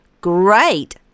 Great